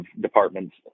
departments